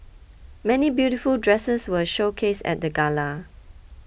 many beautiful dresses were showcased at the Gala